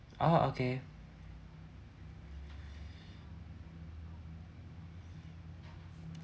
oh okay